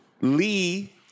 Lee